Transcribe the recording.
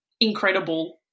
incredible